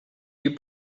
you